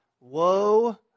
Woe